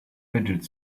fidget